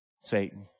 Satan